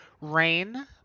Rain